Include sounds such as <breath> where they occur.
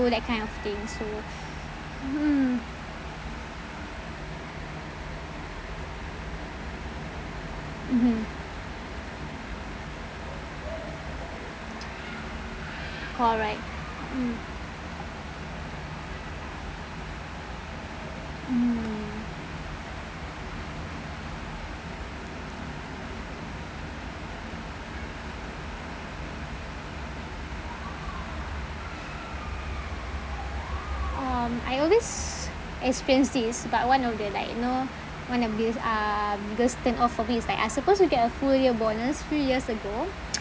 through that kind of things so <breath> hmm mmhmm <noise> correct mm mm um I always explains this but one of the like you know one of this um because turn off a bit it's like I supposed to get full year bonus three years ago <noise>